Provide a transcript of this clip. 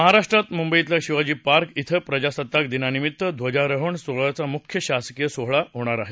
महाराष्ट्रात मुंबईतल्या शिवाजी पार्क इथं प्रजासत्ताक दिनानिमीत्त ध्वजारोहणाचा मुख्य शासकीय सोहळा होणार आहे